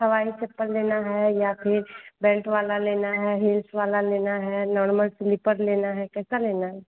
हवाई चप्पल लेना है या फिर बेल्ट वाला लेना है हील्स वाला लेना है नॉर्मल स्लिपर लेना है कैसा लेना है